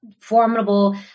formidable